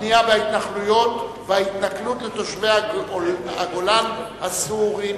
הבנייה בהתנחלויות וההתנכלות לתושבי הגולן הסורים.